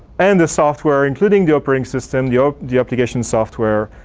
and the software including the operating system, the ah the application software,